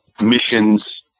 missions